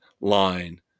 line